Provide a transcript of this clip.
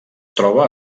troba